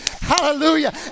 Hallelujah